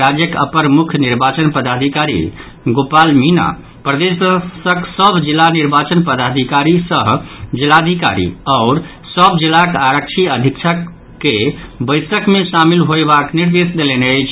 राज्यक अपर मुख्य निर्वाचन पदाधिकारी गोपाल मीणा प्रदेशक सभ जिला निर्वाचन पदाधिकारी सह जिलाधिकारी आओर सभ जिलाक आरक्षी अधीक्षक बैसक मे शामिल होयबाक निर्देश देलनि अछि